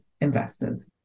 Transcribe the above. investors